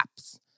apps